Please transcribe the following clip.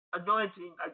Anointing